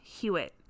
Hewitt